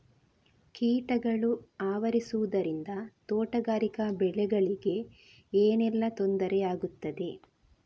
ಕೀಟಗಳು ಆವರಿಸುದರಿಂದ ತೋಟಗಾರಿಕಾ ಬೆಳೆಗಳಿಗೆ ಏನೆಲ್ಲಾ ತೊಂದರೆ ಆಗ್ತದೆ?